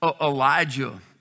Elijah